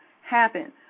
happen